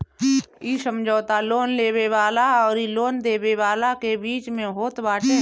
इ समझौता लोन लेवे वाला अउरी लोन देवे वाला के बीच में होत बाटे